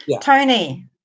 Tony